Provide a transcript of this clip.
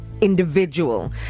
individual